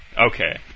Okay